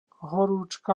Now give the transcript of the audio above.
horúčka